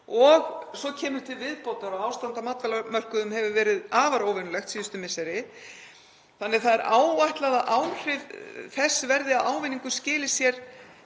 og svo kemur til viðbótar að ástand á matvælamörkuðum hefur verið afar óvenjulegt síðustu misseri. Þannig að það er áætlað að áhrif þess verði að ávinningur skili sér